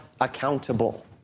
accountable